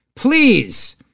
Please